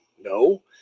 No